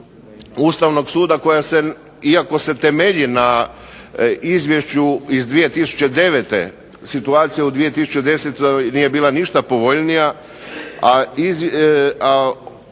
Ustavnog suda koja se, iako se temelji na izvješću iz 2009., situacija u 2010. nije bila ništa povoljnija, a